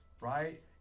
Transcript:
right